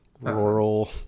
rural